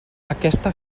aquesta